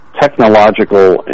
technological